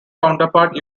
counterpart